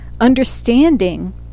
understanding